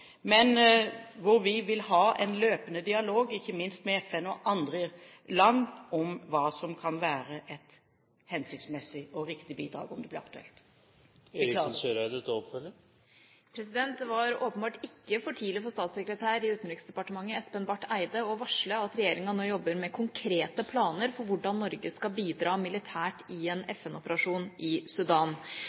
vi vil ha en løpende dialog, ikke minst med FN – og med andre land – om hva som kan være et hensiktmessig og riktig bidrag, om det blir aktuelt. Det var åpenbart ikke for tidlig for statssekretær i Utenriksdepartementet Espen Barth Eide å varsle at regjeringa nå jobber med konkrete planer for hvordan Norge skal bidra militært i en FN-operasjon i Sudan,